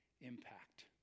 impact